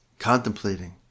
Contemplating